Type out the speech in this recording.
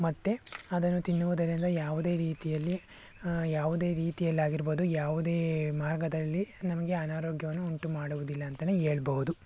ಮತ್ತೆ ಅದನ್ನು ತಿನ್ನುವುದರಿಂದ ಯಾವುದೇ ರೀತಿಯಲ್ಲಿ ಯಾವುದೇ ರೀತಿಯಲ್ಲಾಗಿರ್ಬೋದು ಯಾವುದೇ ಮಾರ್ಗದಲ್ಲಿ ನಮಗೆ ಅನಾರೋಗ್ಯವನ್ನು ಉಂಟು ಮಾಡುವುದಿಲ್ಲ ಅಂತನೇ ಹೇಳ್ಬೋದು